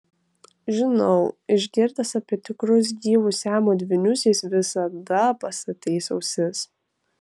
žinau išgirdęs apie tikrus gyvus siamo dvynius jis visada pastatys ausis